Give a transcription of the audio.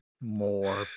More